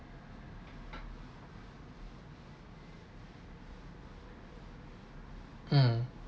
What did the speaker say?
mm